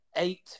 Eight